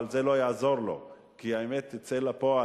אבל זה לא יעזור לו, כי האמת תצא לפועל.